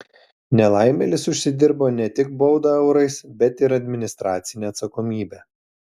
nelaimėlis užsidirbo ne tik baudą eurais bet ir administracinę atsakomybę